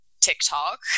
TikTok